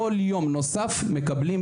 על כל יום עבודה נוסף מקבלים,